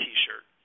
T-shirt